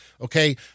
Okay